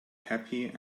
happy